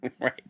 Right